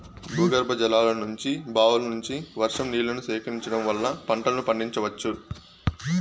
భూగర్భజలాల నుంచి, బావుల నుంచి, వర్షం నీళ్ళను సేకరించడం వల్ల పంటలను పండించవచ్చు